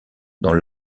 dans